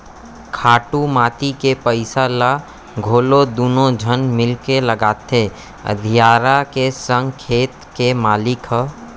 खातू माटी के पइसा ल घलौ दुनों झन मिलके लगाथें अधियारा के संग खेत के मालिक ह